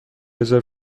رزرو